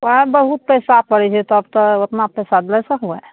वएहमे बहुत पैसा पड़य छै तब तऽ ओतना पैसा दै सकबय